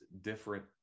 different